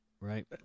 right